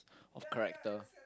of character